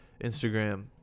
Instagram